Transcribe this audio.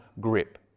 grip